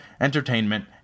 entertainment